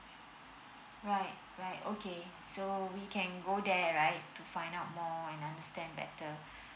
right right okay so we can go there right to find out more and understand better